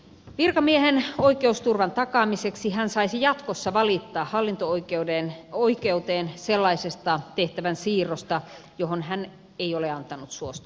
virkamiehen oikeusturvan takaamiseksi hän saisi jatkossa valittaa hallinto oikeuteen sellaisesta tehtävänsiirrosta johon hän ei ole antanut suostumustaan